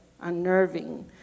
unnerving